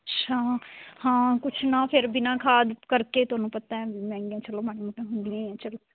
ਅੱਛਾ ਹਾਂ ਕੁਛ ਨਾ ਫਿਰ ਬਿਨਾਂ ਖਾਦ ਕਰਕੇ ਤੁਹਾਨੂੰ ਪਤਾ ਮਹਿੰਗੀਆਂ ਚਲੋ ਮਾੜਾ ਮੋਟਾ ਹੁੰਦੀਆਂ ਹੈ ਚਲੋ